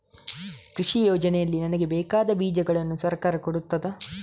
ಕೃಷಿ ಯೋಜನೆಯಲ್ಲಿ ನನಗೆ ಬೇಕಾದ ಬೀಜಗಳನ್ನು ಸರಕಾರ ಕೊಡುತ್ತದಾ?